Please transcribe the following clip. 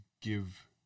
give